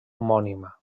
homònima